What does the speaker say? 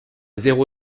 zéro